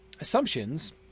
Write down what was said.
assumptions